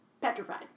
petrified